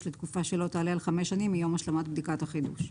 לתקופה שלא תעלה על חמש שנים מיום השלמת בדיקת החידוש.